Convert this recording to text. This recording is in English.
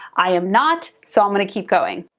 i am not, so i'm gonna keep going.